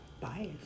bias